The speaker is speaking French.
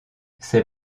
ces